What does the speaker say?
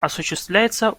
осуществляется